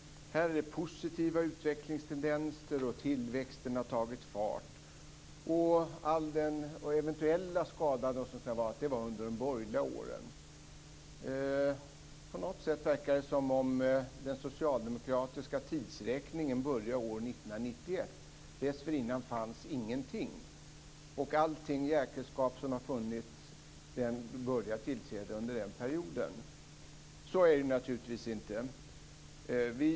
Här är det positiva utvecklingstendenser, och tillväxten har tagit fart. Och all eventuell skada förorsakades under de borgerliga åren. På något sätt verkar det som om den socialdemokratiska tideräkningen började år 1991, och dessförinnan fanns ingenting. Allt jäkelskap som har funnits började uppträda under den perioden. Så är det naturligtvis inte.